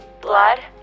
Blood &